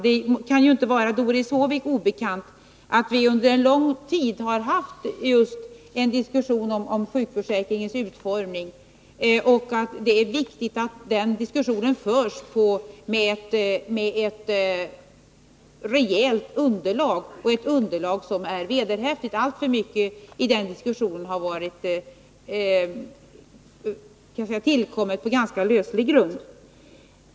Det kan ju inte vara Doris Håvik obekant att vi under en lång tid har fört en diskussion om sjukförsäkringens utformning. Det är viktigt att man för den diskussionen får ett rejält underlag, ett underlag som är vederhäftigt. Alltför mycket av det hittillsvarande underlaget har tillkommit på ganska löslig grund.